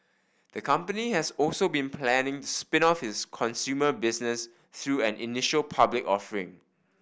the company has also been planning to spin off its consumer business through an initial public offering